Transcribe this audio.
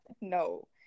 No